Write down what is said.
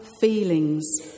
feelings